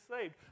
saved